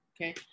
Okay